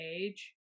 age